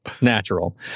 natural